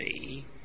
see